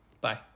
bye